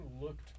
looked